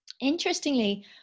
Interestingly